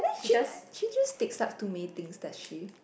she t~ she just takes up too many things does she